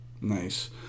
Nice